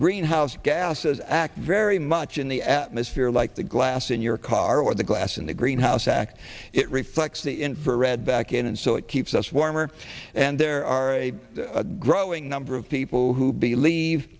greenhouse gases act very much in the atmosphere like the glass in your car or the glass in the greenhouse act it reflects the infrared back in and so it keeps us warmer and there are a growing number of people who believe